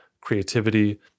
creativity